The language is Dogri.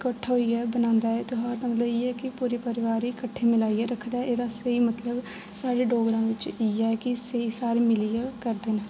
कट्ठा होइयै गे बनांदा ऐ त्यौहार दा मतलब इ'यै ऐ की पूरा परिवार गी कट्ठे मलाइयै रखदा ऐ एह्दा स्हेई मतलब साढ़े डोगरां बिच इ'यै ऐ कि स्हेई सारे मिलियै करदे न थैंक यू